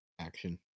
action